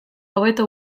hobeto